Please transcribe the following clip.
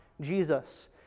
Jesus